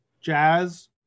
Jazz